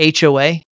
HOA